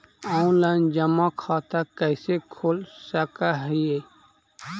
Online जमा खाता कैसे खोल सक हिय?